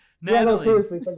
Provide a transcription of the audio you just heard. Natalie